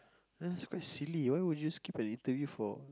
that's quite silly why would you just keep anything for